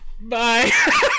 Bye